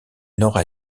nord